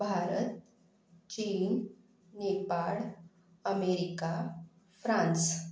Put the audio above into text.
भारत चीन Nepal America France